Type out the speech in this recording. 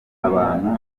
abantu